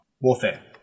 warfare